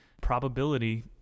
Probability